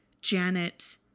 Janet